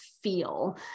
feel